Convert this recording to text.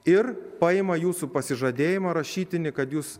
ir paima jūsų pasižadėjimą rašytinį kad jūs